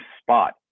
spot